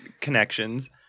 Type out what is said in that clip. connections